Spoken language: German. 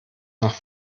nach